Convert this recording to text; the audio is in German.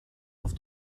auf